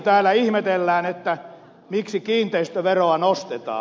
myöskin täällä ihmetellään miksi kiinteistöveroa nostetaan